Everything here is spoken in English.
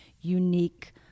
unique